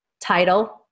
title